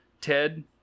ted